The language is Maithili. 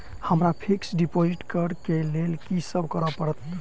हमरा फिक्स डिपोजिट करऽ केँ लेल की सब करऽ पड़त?